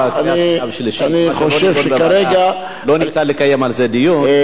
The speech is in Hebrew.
אין אפשרות לקיים על זה דיון.